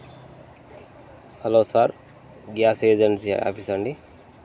hello sir gas agency ఆఫీస్ఆ అండి